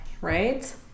Right